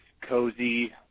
cozy